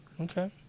Okay